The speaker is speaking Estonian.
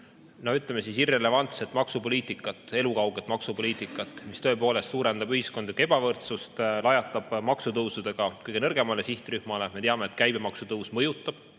ütleme, irrelevantset maksupoliitikat, elukauget maksupoliitikat, mis tõepoolest suurendab ühiskondlikku ebavõrdsust, lajatab maksutõusudega kõige nõrgemale sihtrühmale. Me teame, et käibemaksutõus mõjutab